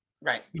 Right